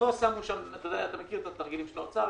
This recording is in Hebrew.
אתה מכיר את התרגילים של האוצר,